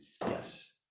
yes